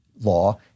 law